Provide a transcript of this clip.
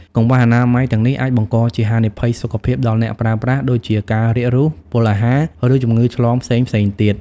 កង្វះអនាម័យទាំងនេះអាចបង្កជាហានិភ័យសុខភាពដល់អ្នកប្រើប្រាស់ ដូចជាការរាករូស ពុលអាហារ ឬជំងឺឆ្លងផ្សេងៗទៀត។